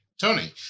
Tony